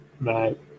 Right